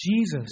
Jesus